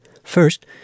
First